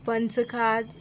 पंच खाज